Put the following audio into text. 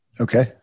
Okay